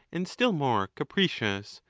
and still more capricious,